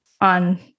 on